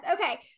Okay